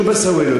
שו בנסווי,